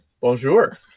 Bonjour